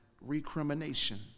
recrimination